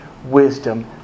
wisdom